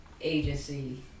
agency